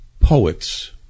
poets